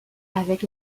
avec